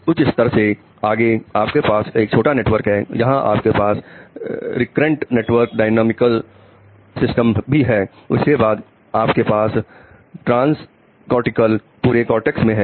उस स्तर से आगे आपके पास एक छोटा नेटवर्क है जहां आपके पास रिकरेंट नेटवर्क डायनॉमिकल सिस्टम पूरे कॉर्टेक्स में है